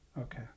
Okay